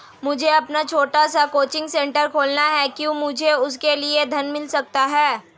मुझे अपना छोटा सा कोचिंग सेंटर खोलना है क्या मुझे उसके लिए ऋण मिल सकता है?